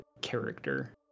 character